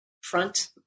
front